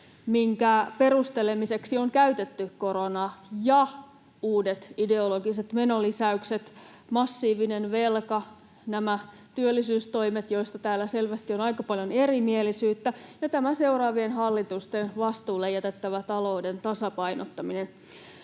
minkä perustelemiseksi on käytetty koronaa, ja uudet ideologiset menolisäykset: massiivinen velka, nämä työllisyystoimet, joista täällä selvästi on aika paljon erimielisyyttä, ja tämä seuraavien hallitusten vastuulle jätettävä talouden tasapainottaminen.